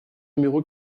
numéro